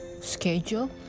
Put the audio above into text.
schedule